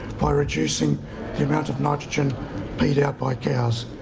by reducing the amount of nitrogen peed out by cows?